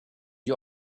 you